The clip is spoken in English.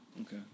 Okay